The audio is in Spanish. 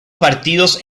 partidos